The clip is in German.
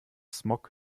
smog